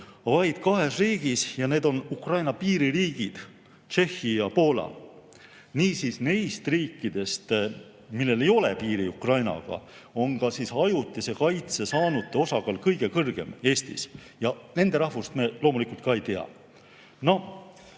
vaid kahes riigis ja need on Ukraina piiririigid Tšehhi ja Poola. Niisiis, nendest riikidest, millel ei ole piiri Ukrainaga, on ajutise kaitse saanute osakaal kõige kõrgem Eestis, aga nende inimeste rahvust me ei tea. See,